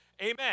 Amen